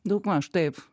daugmaž taip